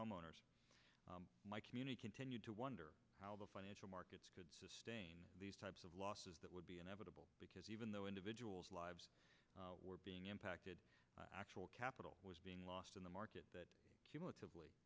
homeowners my community continued to wonder how the financial markets could sustain these types of losses that would be inevitable because even though individuals lives were being impacted actual capital was being lost in the market that